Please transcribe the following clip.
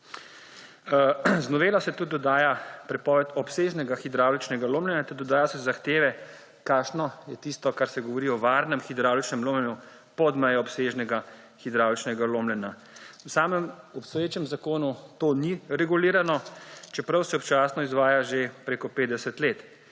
Z novelo se dodaja tudi prepoved obsežnega hidravličnega lomljenja ter dodajajo se zahteve, kakšno je tisto, ko se govori o varnem hidravličnem lomljenju pod mejo obsežnega hidravličnega lomljenja. V obstoječem zakonu to ni regulirano, čeprav se občasno izvaja že preko 50 let.